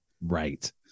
right